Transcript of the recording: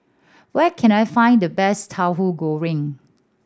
where can I find the best Tauhu Goreng